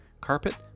carpet